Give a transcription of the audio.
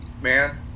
man